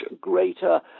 greater